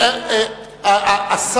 לא,